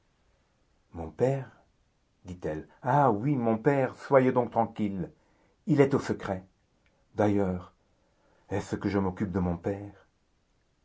mon père dit-elle ah oui mon père soyez donc tranquille il est au secret d'ailleurs est-ce que je m'occupe de mon père